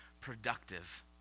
productive